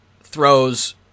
throws